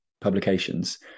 publications